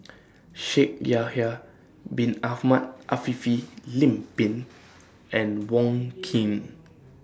Shaikh Yahya Bin Ahmed Afifi Lim Pin and Wong Keen